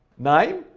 nine,